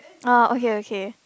uh okay okay